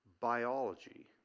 biology